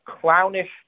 clownish